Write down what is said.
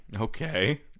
Okay